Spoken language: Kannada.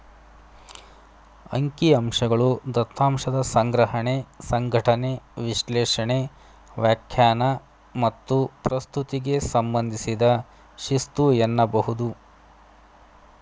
ಅಂಕಿಅಂಶಗಳು ದತ್ತಾಂಶದ ಸಂಗ್ರಹಣೆ, ಸಂಘಟನೆ, ವಿಶ್ಲೇಷಣೆ, ವ್ಯಾಖ್ಯಾನ ಮತ್ತು ಪ್ರಸ್ತುತಿಗೆ ಸಂಬಂಧಿಸಿದ ಶಿಸ್ತು ಎನ್ನಬಹುದು